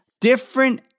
Different